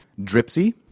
Dripsy